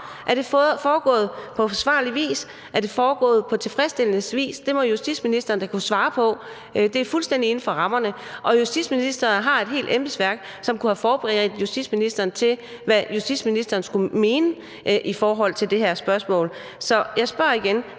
Er det foregået på forsvarlig vis? Er det foregået på tilfredsstillende vis? Det må justitsministeren da kunne svare på. Det er fuldstændig inden for rammerne. Og justitsministeren har et helt embedsværk, som kunne have forberedt justitsministeren til, hvad justitsministeren skulle mene i det her spørgsmål. Så jeg spørger igen: